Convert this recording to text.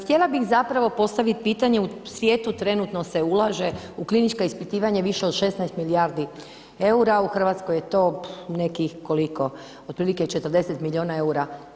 Htjela bi zapravo postaviti pitanje, u svijetu trenutno se ulaže u klinička ispitivanja više od 16 milijardi eura, u Hrvatskoj je to nekih koliko, otprilike 40 milijuna eura.